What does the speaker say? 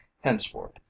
Henceforth